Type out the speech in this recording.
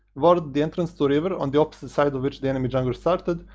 ward the entrance to river on the opposite side of which the enemy jungler started,